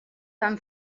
van